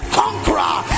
conqueror